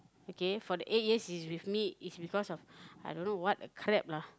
okay for the eight years he's with me is because of I don't know what the crap lah